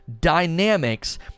dynamics